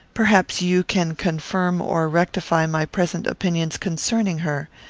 perhaps you can confirm or rectify my present opinions concerning her.